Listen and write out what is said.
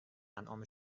انعام